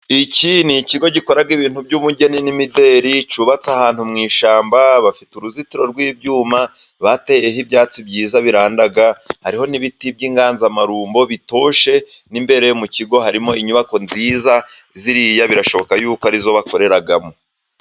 Iki ni ikigo gikora ibintu by'ubugeni n'imideri cyubatse ahantu mu ishyamba, bafite uruzitiro rw'ibyuma, bateyeho ibyatsi byiza biranda, hariho n'ibiti by'inganzamarumbo bitoshye, n'imbere yo mu kigo harimo inyubako nziza, ziriya birashoboka yuko arizo bakoreramo.